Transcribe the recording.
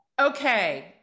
Okay